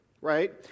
right